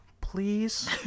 Please